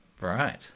Right